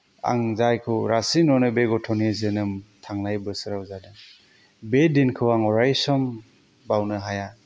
आं जायखौ रासिन मोनो बे गथ'नि जोनोम थांनाय बोसोराव जादों बे दिनखौ आं अरायसम बावनो हाया